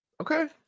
Okay